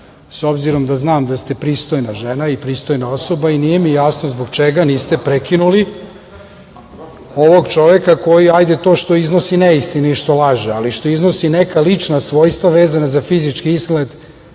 s obzirom da znam da ste pristojna žena i pristojna osoba i nije mi jasno zbog čega niste prekinuli ovog čoveka? Hajde to što iznosi neistine i što laži, ali što iznosi neka lična svojstva vezana za fizički izgled,